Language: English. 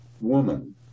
woman